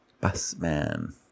Busman